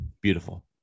Beautiful